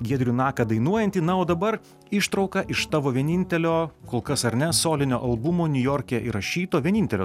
giedrių naką dainuojantį na o dabar ištrauka iš tavo vienintelio kol kas ar ne solinio albumo niujorke įrašyto vienintelio